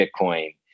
bitcoin